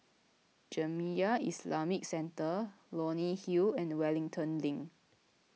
Jamiyah Islamic Centre Leonie Hill and Wellington Link